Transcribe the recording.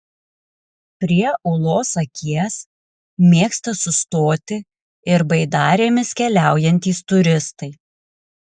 prie ūlos akies mėgsta sustoti ir baidarėmis keliaujantys turistai